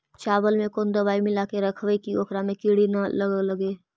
चावल में कोन दबाइ मिला के रखबै कि ओकरा में किड़ी ल लगे?